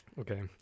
Okay